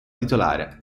titolare